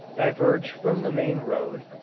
diverged from the main road,